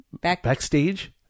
Backstage